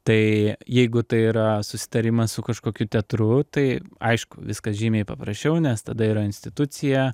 tai jeigu tai yra susitarimas su kažkokiu teatru tai aišku viskas žymiai paprasčiau nes tada yra institucija